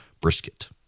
brisket